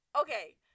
okay